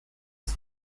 des